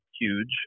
huge